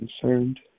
concerned